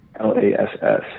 L-A-S-S